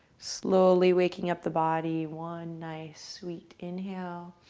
slowly waking up the body. one nice sweet inhale